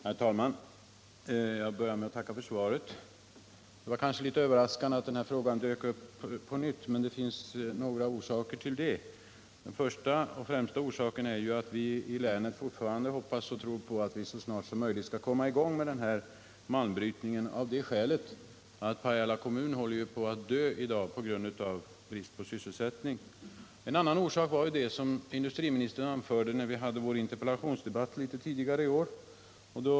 Herr talman! Jag börjar med att tacka för svaret. Det var kanske litet överraskande att denna fråga dök upp på nytt, men det finns några orsaker till det. Den första och främsta är att vi i länet fortfarande hoppas och tror att vi så snart som möjligt skall komma i gång med markbrytningen, av det skälet att Pajala kommun håller på att dö i dag på grund av brist på sysselsättning. En annan orsak var det som industriministern anförde när vi hade en interpellationsdebatt — Nr 32 tidigare.